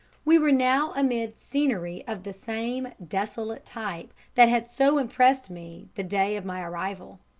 we were now amid scenery of the same desolate type that had so impressed me the day of my arrival.